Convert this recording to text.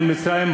מול מצרים,